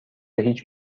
هیچ